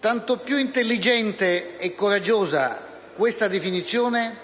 Tanto più intelligente e coraggiosa questa definizione,